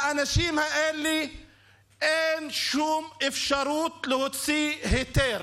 לאנשים האלה אין שום אפשרות להוציא היתר.